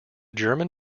german